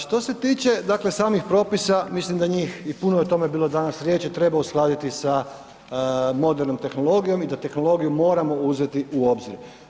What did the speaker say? Što se tiče dakle samih propisa, mislim da njih i puno je o tome bilo danas riječi, trebalo uskladiti sa modernom tehnologijom i da tehnologiju moramo uzeti u obzir.